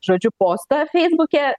žodžiu postą feisbuke